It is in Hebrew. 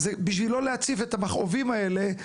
בשביל לא להציף את המכאובים האלה.